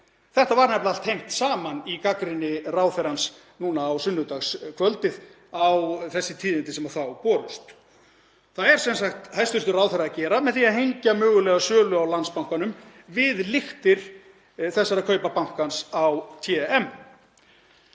Þetta var allt nefnilega tengt saman í gagnrýni ráðherrans núna á sunnudagskvöldið á þessi tíðindi sem þá höfðu borist. Það er hæstv. ráðherra að gera með því að hengja mögulega sölu á Landsbankanum við lyktir þessara kaupa bankans á TM.